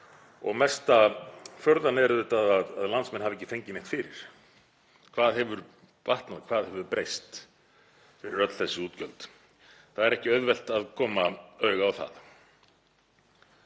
og mesta furðan er auðvitað að landsmenn hafa ekki fengið neitt fyrir. Hvað hefur batnað, hvað hefur breyst við öll þessi útgjöld? Það er ekki auðvelt að koma auga á það.